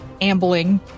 ambling